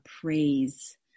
praise